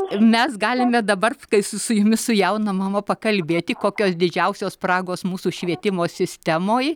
mes galime dabar kai su su jumis su jauna mama pakalbėti kokios didžiausios spragos mūsų švietimo sistemoj